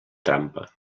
trampa